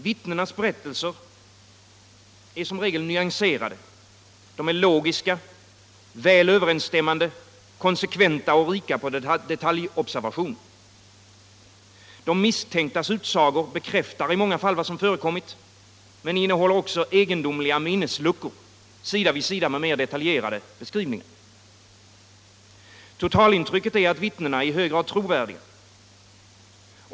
Vittnenas berättelser är som regel nyanserade, logiska, väl överensstämmande, konsekventa och rika på detaljobservationer. De misstänktas utsagor bekräftar i många fall vad som förekommit, men innehåller också egendomliga minnesluckor sida vid sida med mer detaljerade beskrivningar. Totalintrycket är att vittnena är i hög grad trovärdiga.